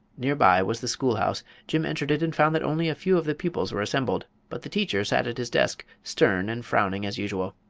near by was the schoolhouse. jim entered it and found that only a few of the pupils were assembled. but the teacher sat at his desk, stern and frowning as usual.